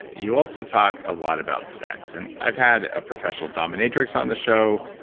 you also talk a lot about sex. and i've had a professional dominatrix on the show.